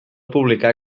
publicà